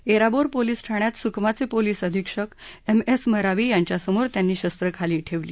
Errabore police ठाण्यात सुकमाचे police अधीक्षक एम एस मरावी यांच्यासमोर त्यांनी शस्त्रं खाली ठेवली